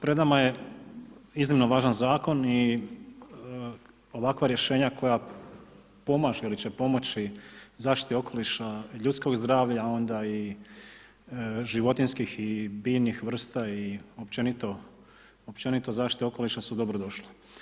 Pred nama je iznimno važan Zakon i ovakva rješenja koja pomažu ili će pomoći zaštiti okoliša, ljudskog zdravlja onda i životinjskih i biljnih vrsta i općenito zaštite okoliša su dobro došla.